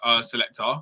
selector